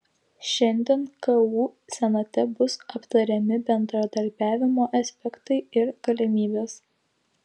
šiandien ku senate bus aptariami bendradarbiavimo aspektai ir galimybės